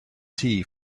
tea